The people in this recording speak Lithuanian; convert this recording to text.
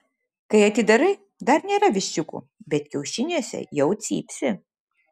kai atidarai dar nėra viščiukų bet kiaušiniuose jau cypsi